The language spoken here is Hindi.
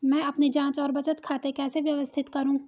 मैं अपनी जांच और बचत खाते कैसे व्यवस्थित करूँ?